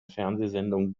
fernsehsendung